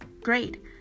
great